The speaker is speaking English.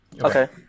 Okay